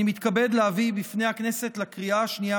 אני מתכבד להביא בפני הכנסת לקריאה השנייה